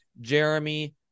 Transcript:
Jeremy